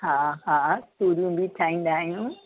हा हा तूरियूं बि ठाहींदा आहियूं